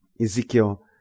Ezekiel